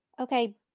Okay